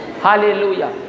Hallelujah